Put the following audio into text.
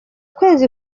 kwezi